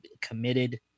committed